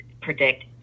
predict